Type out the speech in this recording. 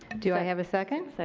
do i have a second? so